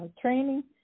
training